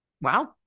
Wow